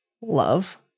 love